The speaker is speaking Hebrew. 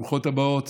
ברוכות הבאות.